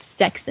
sexist